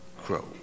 crow